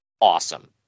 awesome